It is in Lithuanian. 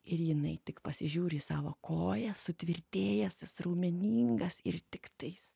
ir jinai tik pasižiūri į savo kojas sutvirtėjęs is raumeningas ir tiktais